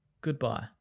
goodbye